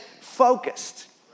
focused